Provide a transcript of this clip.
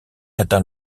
atteint